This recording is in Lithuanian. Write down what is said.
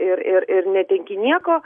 ir ir ir netenki nieko